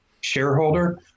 shareholder